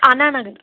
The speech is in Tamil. அண்ணாநகர்